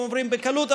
הם עוברים בקלות,